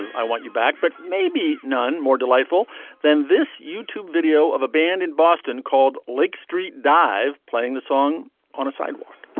i want you back. but maybe none more delightful than this youtube video of a band in boston called lake street dive playing the song on a sidewalk.